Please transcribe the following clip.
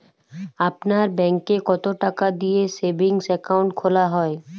আপনার ব্যাংকে কতো টাকা দিয়ে সেভিংস অ্যাকাউন্ট খোলা হয়?